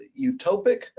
utopic